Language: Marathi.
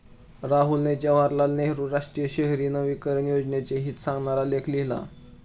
राहुलने जवाहरलाल नेहरू राष्ट्रीय शहरी नवीकरण योजनेचे हित सांगणारा लेख लिहिला